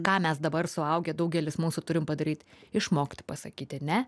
ką mes dabar suaugę daugelis mūsų turim padaryti išmokti pasakyti ne